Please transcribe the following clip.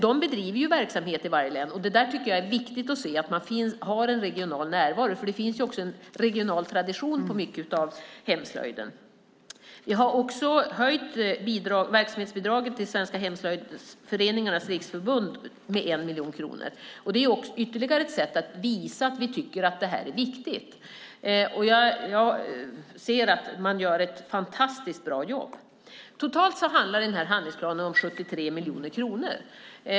De bedriver verksamhet i varje län, och jag tycker att det är viktigt att se att man har en regional närvaro, då det finns en regional tradition i mycket av hemslöjden. Vi har höjt verksamhetsbidraget till Svenska Hemslöjdsföreningarnas Riksförbund med 1 miljon kronor. Det är ytterligare ett sätt att visa att vi tycker att det här är viktigt. Jag ser att man gör ett fantastiskt bra jobb. Totalt handlar handlingsplanen om 73 miljoner kronor.